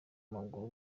w’amaguru